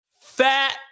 fat